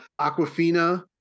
Aquafina